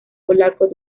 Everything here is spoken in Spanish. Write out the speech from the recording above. polaco